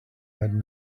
had